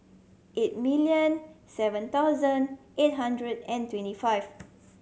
eight million seven thousand eight hundred and twenty five